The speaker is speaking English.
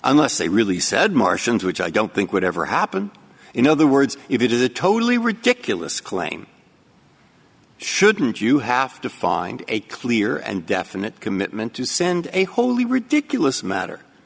unless they really said martians which i don't think would ever happen in other words it is a totally ridiculous claim shouldn't you have to find a clear and definite commitment to send a wholly ridiculous matter